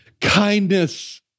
Kindness